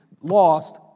lost